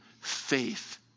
faith